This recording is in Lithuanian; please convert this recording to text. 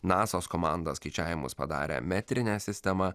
nasaos komanda skaičiavimus padarė metrine sistema